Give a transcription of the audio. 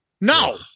No